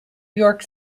york